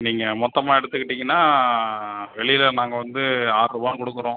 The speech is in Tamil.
நீங்கள் மொத்தமாக எடுத்துக்கிட்டிங்கனால் வெளியில நாங்கள் வந்து ஆறுபா கொடுக்குறோம்